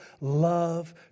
love